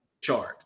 chart